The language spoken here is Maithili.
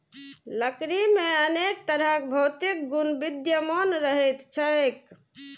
लकड़ी मे अनेक तरहक भौतिक गुण विद्यमान रहैत छैक